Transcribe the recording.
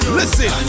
listen